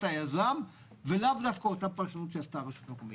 היזם ולאו דווקא אותה פרשנות שעשתה רשות מקומית.